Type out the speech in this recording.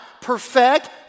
perfect